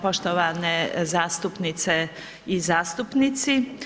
Poštovane zastupnice i zastupnici.